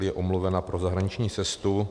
Je omluvena pro zahraniční cestu.